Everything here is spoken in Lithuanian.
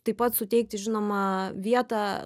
taip pat suteikti žinoma vietą